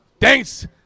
Thanks